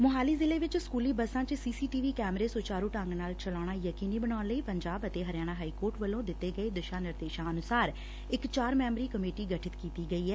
ਮੁਹਾਲੀ ਜ਼ਿਲ੍ਰੇ ਵਿਚ ਸਕੂਲੀ ਬੱਸਾਂ ਵਿੱਚ ਸੀਸੀਟੀਵੀ ਕੈਮਰੇ ਸੁਚਾਰੂ ਢੰਗ ਨਾਲ ਚਲਾਉਣਾ ਯਕੀਨੀ ਬਣਾਉਣ ਲਈ ਪੰਜਾਬ ਅਤੇ ਹਰਿਆਣਾ ਹਾਈਕੋਰਟ ਵੱਲੋਂ ਦਿੱਤੇ ਗਏ ਦਿਸ਼ਾ ਨਿਰਦੇਸ਼ਾਂ ਅਨੁਸਾਰ ਇੱਕ ਚਾਰ ਮੈਂਬਰੀ ਕਮੇਟੀ ਗਠਿਤ ਕੀਤੀ ਗਈ ਐ